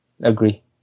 agree